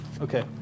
Okay